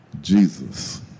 Jesus